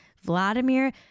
Vladimir